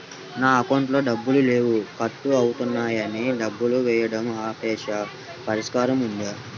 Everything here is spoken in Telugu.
నా అకౌంట్లో డబ్బులు లేవు కట్ అవుతున్నాయని డబ్బులు వేయటం ఆపేసాము పరిష్కారం ఉందా?